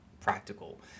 practical